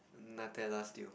Nutella still